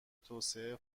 توسعه